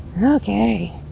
okay